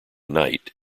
knight